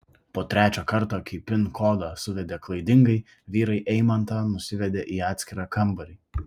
po trečio karto kai pin kodą suvedė klaidingai vyrai eimantą nusivedė į atskirą kambarį